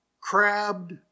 crabbed